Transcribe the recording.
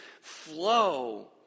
flow